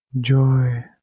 Joy